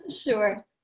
Sure